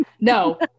no